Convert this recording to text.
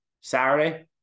Saturday